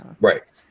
Right